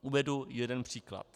Uvedu jeden příklad.